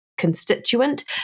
constituent